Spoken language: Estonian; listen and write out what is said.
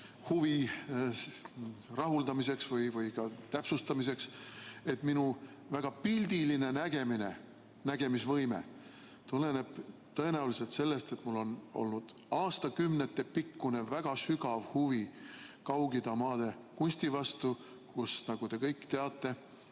huvi rahuldamiseks või ka täpsustamiseks, et minu väga pildiline nägemine, nägemisvõime tuleneb tõenäoliselt sellest, et mul on olnud aastakümnetepikkune väga sügav huvi Kaug-Ida maade kunsti vastu, kus, nagu te kõik teate,